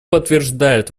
подтверждает